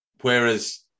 Whereas